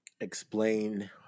explain